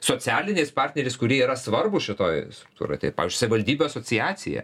socialiniais partneriais kurie yra svarbūs šitoj struktūroj taip pavyzdžiui savivaldybių asociacija